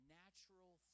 natural